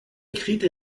écrite